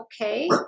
okay